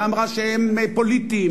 ואמרה שהם פוליטיים,